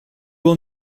will